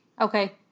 Okay